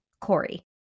Corey